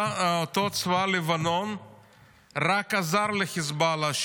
אותו צבא לבנון רק עזר לחיזבאללה,